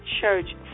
Church